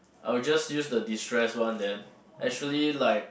I will just use the destress one then actually like